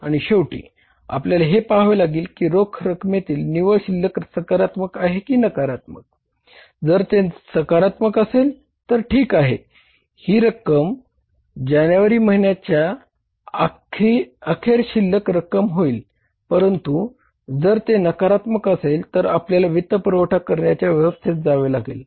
आणि शेवटी आपल्याला हे पहावे लागेल की रोख रकमेतील निव्वळ शिल्लक सकारात्मक आहे की नाही नकारात्मक जर ते सकारात्मक असेल तर ठीक आहे